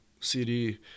CD